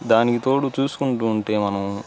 దానికి తోడు చూసుకుంటు ఉంటే మనం